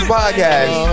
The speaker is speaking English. podcast